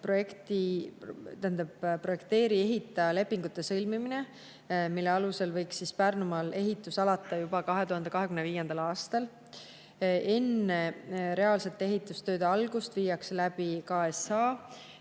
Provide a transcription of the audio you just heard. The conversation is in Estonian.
projekteerija ja ehitajaga lepingute sõlmimine, mille alusel võiks Pärnumaal ehitus alata juba 2025. aastal. Enne reaalsete ehitustööde algust viiakse läbi KSH